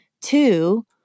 Two